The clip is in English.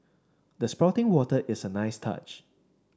the spouting water is a nice touch